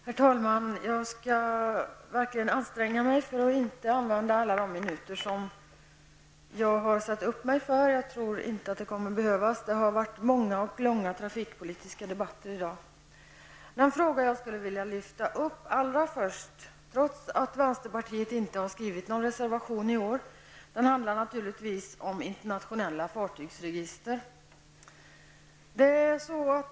Herr talman! Jag skall verkligen anstränga mig för att inte använda alla de minuter som jag har anmält. Jag tror inte att det kommer att behövas, och det har varit många och långa trafikpolitiska debatter i dag. Den fråga som jag skulle vilja lyfta fram allra först, trots att vänsterpartiet inte har skrivit någon reservation om den i år, handlar naturligtvis om internationella fartygsregister.